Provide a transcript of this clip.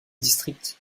districts